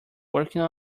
working